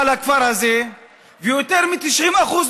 אני מבקש ממך, אדוני